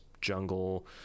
jungle